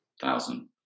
thousand